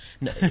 no